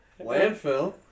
Landfill